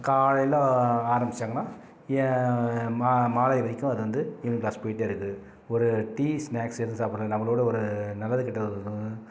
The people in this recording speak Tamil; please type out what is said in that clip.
காலையில் ஆரம்பித்தாங்கன்னா மாலை வரைக்கும் அதுலேருந்து ஈவினிங் க்ளாஸ் போய்ட்டே இருக்குது ஒரு டீ ஸ்னாக்ஸ் எது சாப்பிட்றத நம்மளோட ஒரு நல்லது கெட்டது